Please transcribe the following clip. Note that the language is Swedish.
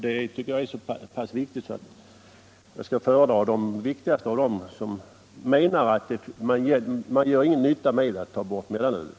Det tycker jag är så pass viktigt att jag skall föredra de viktigaste av de remissinstanser som anser att det är ingen nytta med att ta bort mellanölet.